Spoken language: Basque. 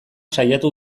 saiatu